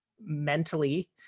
mentally